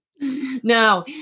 no